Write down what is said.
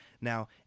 Now